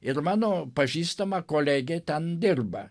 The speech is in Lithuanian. ir mano pažįstama kolegė ten dirba